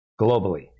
globally